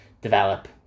develop